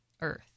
Earth